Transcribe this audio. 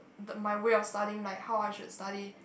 my way of studying like how I should study